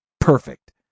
perfect